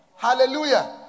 Hallelujah